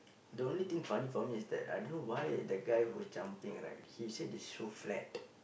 the only thing funny for me is that I don't know why that guy who's jumping right he said it's so flat